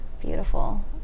beautiful